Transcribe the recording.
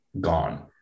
gone